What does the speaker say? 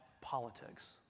politics